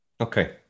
okay